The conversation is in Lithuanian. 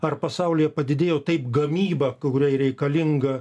ar pasaulyje padidėjo taip gamyba kuriai reikalinga